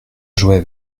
jouait